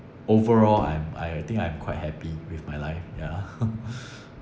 overall I'm I think I'm quite happy with my life ya